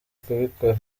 kubikora